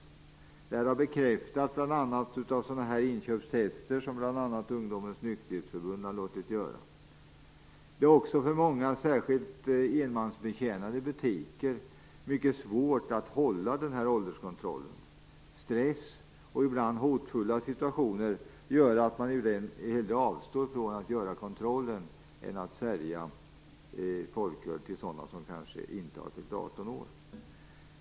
Detta har bl.a. bekräftats av de inköpstester som Ungdomens Nykterhetsförbund har låtit göra. Det är också för många - särskilt enmansbetjänade - butiker mycket svårt att upprätthålla den här ålderkontrollen. Stress och ibland hotfulla situationer gör att man ibland hellre avstår från att göra kontrollen än att sälja folköl till sådana som kanske inte har fyllt 18 år.